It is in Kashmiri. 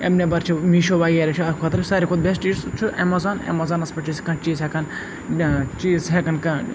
اَمہِ نیٚبَر چھِ میٖشو وغیرہ چھُ اَتھ خٲطرٕ ساروٕے کھۄتہٕ بیٚسٹ یُس چھُ ایٚمیزان ایٚمزانَس پٮ۪ٹھ چھِ أسۍ کانٛہہ چیٖز ہیٚکان ٲں چیٖز ہیٚکان کانٛہہ